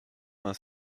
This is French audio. vingt